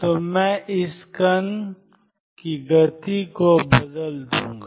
तो मैं इस कण की गति को बदल दूंगा